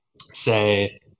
say